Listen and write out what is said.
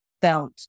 felt